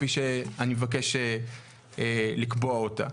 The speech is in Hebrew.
כפי שאני אבקש לקבוע אותה.